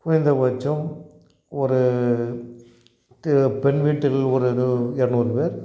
குறைந்தபட்சம் ஒரு பெண் வீட்டில் ஒரு ஏதோ இரநூறு பேர்